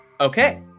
Okay